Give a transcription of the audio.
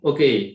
Okay